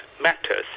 matters